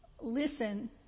listen